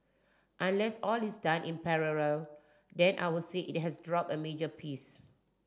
unless all is done in parallel then I'll say it has dropped a major piece